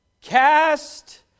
cast